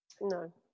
No